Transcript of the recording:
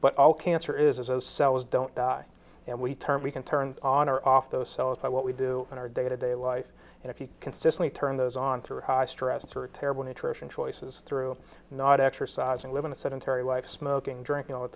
but all cancer is those cells don't die and we turn we can turn on or off those cells by what we do in our day to day life and if you consistently turn those on through high stress or terrible nutrition choices through not exercising living a sedentary life smoking drinking all the